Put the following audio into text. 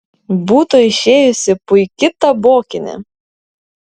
būtų išėjusi puiki tabokinė